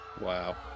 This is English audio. Wow